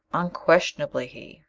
unquestionably he,